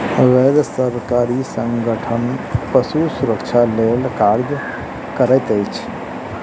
गैर सरकारी संगठन पशु सुरक्षा लेल कार्य करैत अछि